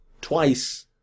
twice